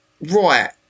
right